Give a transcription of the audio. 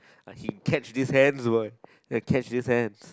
uh he catch this hands what catch this hands